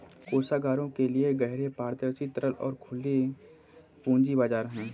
कोषागारों के लिए गहरे, पारदर्शी, तरल और खुले पूंजी बाजार हैं